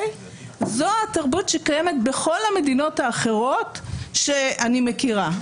זו התרבות שקיימת בכל המדינות האחרות שאני מכירה.